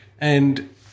And-